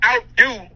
outdo